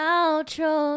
outro